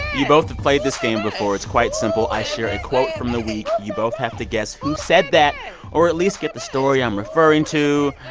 you both have played this game before. it's quite simple. i share a quote from the week. you both have to guess who said that or at least get the story i'm referring to.